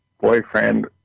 boyfriend